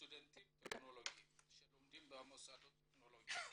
סטודנטים שלומדים במוסדות טכנולוגיים,